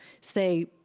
say